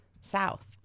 south